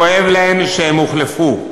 כואב להם שהם הוחלפו.